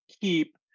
keep